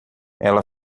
ela